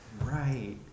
Right